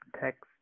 text